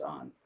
on